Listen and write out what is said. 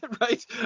right